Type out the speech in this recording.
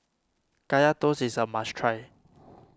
Kaya Toast is a must try